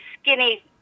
skinny